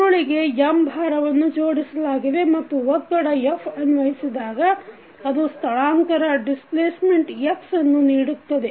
ಸುರುಳಿಗೆ M ಭಾರವನ್ನು ಜೋಡಿಸಲಾಗಿದೆ ಮತ್ತು ಒತ್ತಡ F ಅನ್ವಯಿಸಿದಾಗ ಅದು ಸ್ಥಳಾಂತರ x ಅನ್ನು ನೀಡುತ್ತದೆ